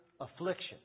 affliction